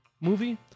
movie